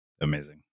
Amazing